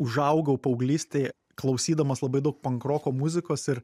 užaugau paauglystėj klausydamas labai daug pankroko muzikos ir